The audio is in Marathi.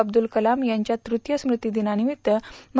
अब्दुल कलाम यांच्या ततीय स्मृती दिनानिमित्त म